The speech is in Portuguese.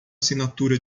assinatura